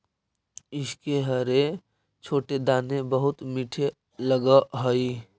इसके हरे छोटे दाने बहुत मीठे लगअ हई